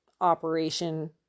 operation